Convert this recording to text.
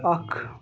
اکھ